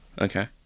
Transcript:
Okay